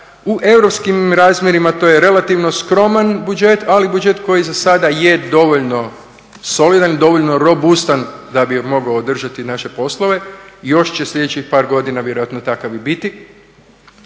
U europskim razmjerima to je relativno skroman budžet, ali budžet koji za sada je dovoljno solidan i dovoljno robustan da bi mogao održati naše poslove. Još će sljedećih par godina vjerojatno takav i biti.